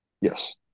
Yes